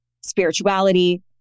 spirituality